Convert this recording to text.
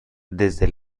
desde